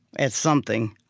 at something,